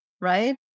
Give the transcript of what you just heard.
right